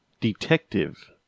detective